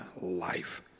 life